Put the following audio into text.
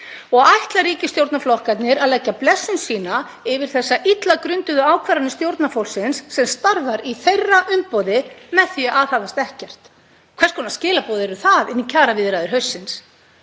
Og ætla ríkisstjórnarflokkarnir að leggja blessun sína yfir þessar illa grunduðu ákvarðanir stjórnarfólksins sem starfar í þeirra umboði með því að aðhafast ekkert? Hvers konar skilaboð eru það inn í kjaraviðræður haustsins?